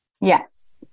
Yes